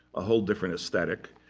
a whole different aesthetic,